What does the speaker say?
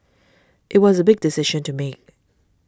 it was a big decision to make